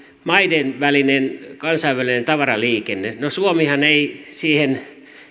maiden välinen kansainvälinen tavaraliikenne no suomihan ei siihen